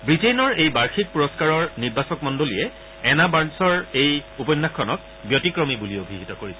ৱিটেইনৰ এই বাৰ্ষিক পূৰস্থাৰৰ নিৰ্বাচক মণ্ডলীয়ে এন্না বাৰ্ণছৰ এই উপন্যাসখনক ব্যতিক্ৰমী বুলি অভিহিত কৰিছে